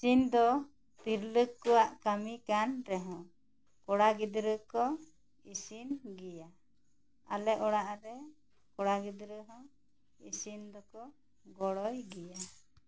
ᱥᱤᱧ ᱫᱚ ᱛᱤᱨᱞᱟ ᱠᱚᱣᱟᱜ ᱠᱟ ᱢᱤ ᱠᱟᱱ ᱨᱮᱦᱚᱸ ᱠᱚᱲᱟ ᱜᱤᱫᱽᱨᱟᱹ ᱠᱚ ᱤᱥᱤᱱ ᱜᱮᱭᱟ ᱟᱞᱮ ᱚᱲᱟᱜ ᱨᱮ ᱠᱚᱲᱟ ᱜᱤᱫᱽᱨᱟᱹ ᱦᱚᱸ ᱤᱥᱤᱱ ᱫᱚᱠᱚ ᱜᱚᱲᱚᱭ ᱜᱮᱭᱟ